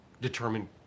Determine